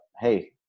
hey